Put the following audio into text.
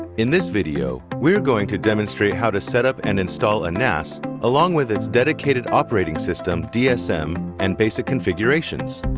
in this video, we're going to demonstrate how to set up and install a nas along with its dedicated operating system dsm and basic configurations.